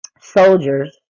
soldiers